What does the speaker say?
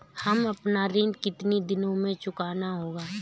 हमें अपना ऋण कितनी दिनों में चुकाना होगा?